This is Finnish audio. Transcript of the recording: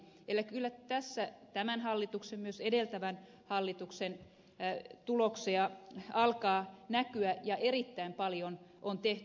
eli kyllä tässä tämän hallituksen ja myös edeltävän hallituksen tuloksia alkaa näkyä ja erittäin paljon on tehty